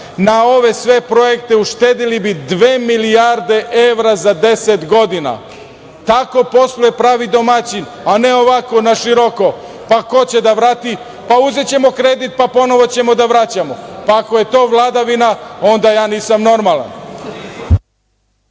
na ove sve projekte uštedeli bi dve milijarde evra za 10 godina. Tako posluje pravi domaćin, a ne ovako, naširoko. Pa, ko će da vrati? Pa, uzećemo kredit, pa ponovo ćemo da vraćamo. Ako je to vladavina, onda ja nisam normalan.